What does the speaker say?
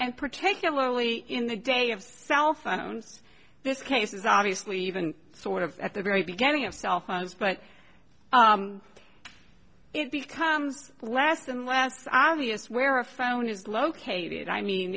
and particularly in the day of cell phones this case is obviously even sort of at the very beginning of cell phones but it becomes less and less obvious where a phone is located i mean